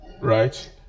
Right